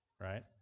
right